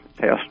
test